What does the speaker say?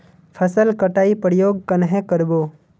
फसल कटाई प्रयोग कन्हे कर बो?